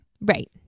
Right